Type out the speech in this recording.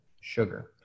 Sugar